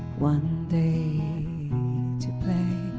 one day to play